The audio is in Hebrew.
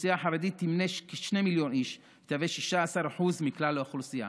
החרדית תמנה כשני מיליון איש ותהווה 16% מכלל האוכלוסייה.